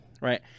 Right